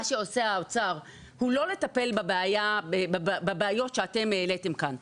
מה שעושה האוצר הוא לא לטפל בבעיות שאתם העליתם כאן.